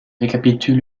récapitule